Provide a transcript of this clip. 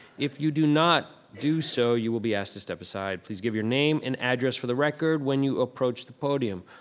if you do not do so you will be asked to step aside. please give your name and address for the record when you approach the podium.